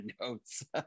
notes